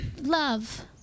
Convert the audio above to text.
love